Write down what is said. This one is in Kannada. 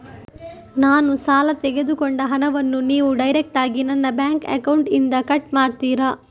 ನಾನು ಸಾಲ ತೆಗೆದುಕೊಂಡ ಹಣವನ್ನು ನೀವು ಡೈರೆಕ್ಟಾಗಿ ನನ್ನ ಬ್ಯಾಂಕ್ ಅಕೌಂಟ್ ಇಂದ ಕಟ್ ಮಾಡ್ತೀರಾ?